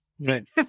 Right